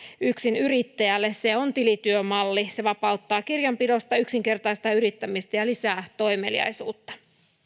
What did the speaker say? yksinyrittäjälle se on tilityömalli se vapauttaa kirjanpidosta yksinkertaistaa yrittämistä ja lisää toimeliaisuutta